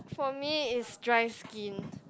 for me is dry skin